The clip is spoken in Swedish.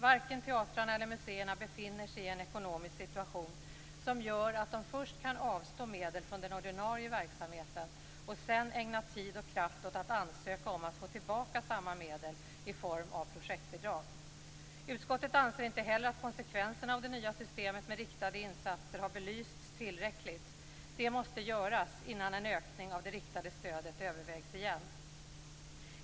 Varken teatrarna eller museerna befinner sig i en ekonomisk situation som gör att de först kan avstå medel från den ordinarie verksamheten och sedan ägna tid och kraft åt att ansöka om att få tillbaka samma medel i form av projektbidrag. Utskottet anser inte heller att konsekvenserna av det nya systemet med riktade insatser har belysts tillräckligt. Det måste göras innan en ökning av det riktade stödet övervägs igen.